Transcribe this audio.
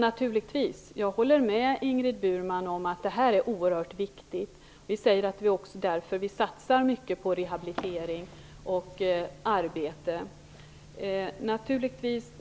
Naturligtvis håller jag med Ingrid Burman om att rehabilitering är oerhört viktigt. Vi säger säger att vi därför också vill satsa mycket på rehabilitering och arbete.